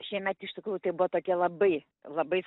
šiemet iš tikrųjų tai buvo tokie labai labai